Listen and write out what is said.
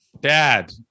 Dad